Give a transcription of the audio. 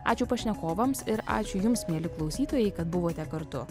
ačiū pašnekovams ir ačiū jums mieli klausytojai kad buvote kartu